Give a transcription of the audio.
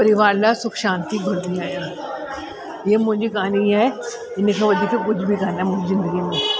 परिवार लाइ सुख शांती घुरंदी आहियां इहे मुंहिंजी कहानी इहे आहे इन खां वधीक कुझ बि कोन्हे मुंहिंजी ज़िंदगी में